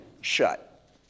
shut